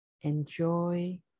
enjoy